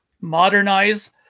modernize